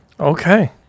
Okay